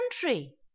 country